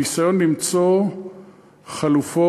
בניסיון למצוא חלופות,